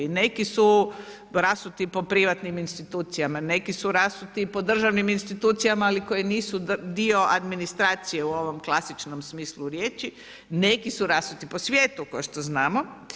Neki su rasuti po privatnim institucijama, neki su rasuti po državnim institucijama ali koje nisu dio administracije u ovom klasičnom smislu riječi, neki su rasuti po svijetu kao što znamo.